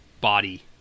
body